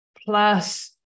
plus